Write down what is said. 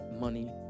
money